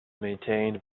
maintained